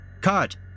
cut